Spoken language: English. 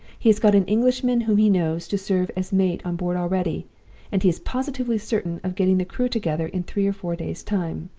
he has got an englishman whom he knows to serve as mate on board already and he is positively certain of getting the crew together in three or four days' time.